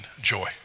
joy